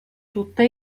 tutta